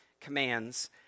commands